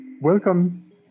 Welcome